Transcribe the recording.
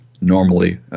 normally